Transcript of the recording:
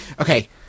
okay